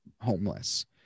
homeless